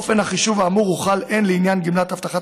אופן החישוב האמור הוחל הן לעניין גמלת הבטחת